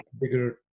bigger